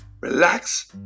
relax